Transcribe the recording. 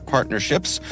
Partnerships